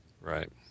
Right